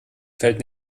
fällt